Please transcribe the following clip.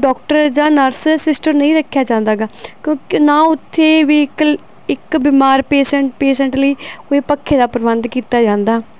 doctor ਜਾਂ nurse sister ਨਹੀਂ ਰੱਖਿਆ ਜਾਂਦਾ ਹੈਗਾ ਕਿਉਂਕਿ ਨਾ ਉੱਥੇ ਵੀ ਇੱਕ ਇੱਕ ਬਿਮਾਰ ਪੇਸੰਟ ਪੇਸ਼ੰਟ ਲਈ ਕੋਈ ਪੱਖੇ ਦਾ ਪ੍ਰਬੰਧ ਕੀਤਾ ਜਾਂਦਾ